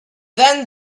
then